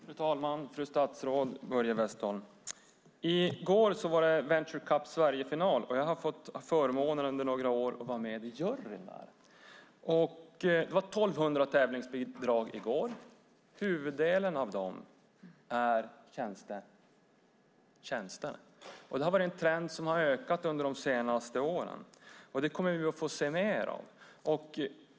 Fru talman, fru statsråd och Börje Vestlund! I går var det Venture Cups Sverigefinal. Jag har haft förmånen under några år att vara med i juryn. Det var i går 1 200 tävlingsbidrag, och huvuddelen av dem är tjänster. Det är en trend som har ökat under de senaste åren. Det kommer vi att se mer av.